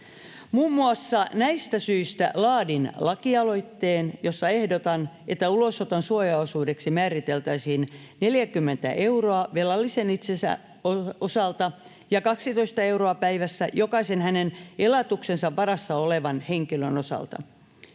Muun muassa näistä syistä laadin lakialoitteen, jossa ehdotan, että ulosoton suojaosuudeksi määriteltäisiin 40 euroa velallisen itsensä osalta ja 12 euroa päivässä jokaisen hänen elatuksensa varassa olevan henkilön osalta.